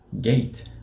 gate